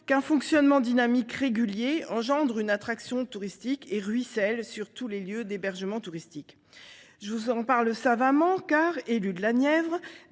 qu'un fonctionnement dynamique régulier engendre une attraction touristique et ruisselle sur tous les lieux d'hébergement touristique. Je vous en parle savamment car, élu de la Nièvre,